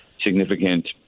significant